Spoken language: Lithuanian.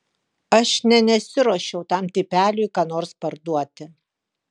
aš nė nesiruošiau tam tipeliui ką nors parduoti